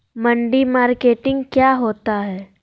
मंडी मार्केटिंग क्या होता है?